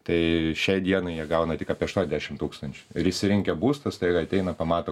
tai šiai dienai jie gauna tik apie aštuondešim tūkstančių ir išsirinkę būstą staiga ateina pamato